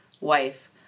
Wife